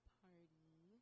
party